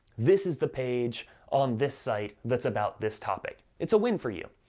this is the page on this site that's about this topic. it's a win for you.